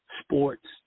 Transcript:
Sports